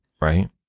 right